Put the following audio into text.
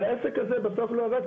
אבל העסק הזה בסוף לא עבד,